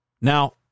Now